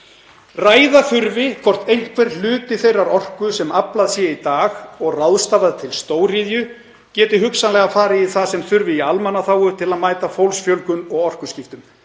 ræða þyrfti hvort einhver hluti þeirrar orku sem aflað sé í dag og ráðstafað til stóriðju geti hugsanlega farið í það sem þurfi í almannaþágu til að mæta fólksfjölgun og orkuskiptum.